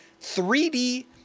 3D